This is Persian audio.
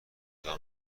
جدا